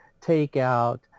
takeout